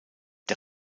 der